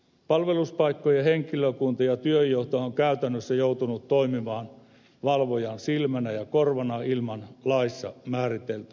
palveluspaikkojen henkilökunta ja työnjohto ovat käytännössä joutuneet toimimaan valvojan silmänä ja korvana ilman laissa määriteltyä asemaa